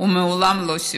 הוא מעולם לא סיפר.